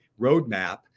roadmap